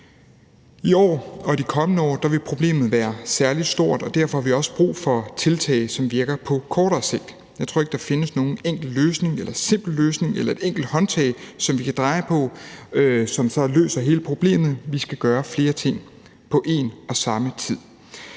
I år og i de kommende år vil problemet være særlig stort, og derfor har vi også brug for tiltag, som virker på kortere sigt. Jeg tror ikke, der findes nogen enkel løsning eller simpel løsning eller et enkelt håndtag, som vi kan dreje på, som så løser hele problemet. Vi skal gøre flere ting på en og samme tid.